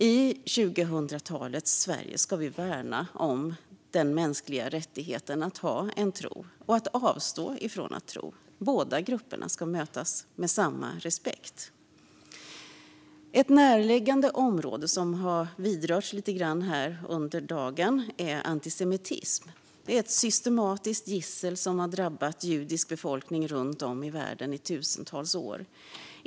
I 2000-talets Sverige ska vi värna om den mänskliga rättigheten att ha en tro - och att avstå från att tro. Båda grupperna ska mötas med samma respekt. Ett närliggande område som vidrörts lite grann här under dagen är antisemitism. Det är ett systematiskt gissel som drabbat judisk befolkning runt om i världen i tusentals år.